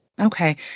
Okay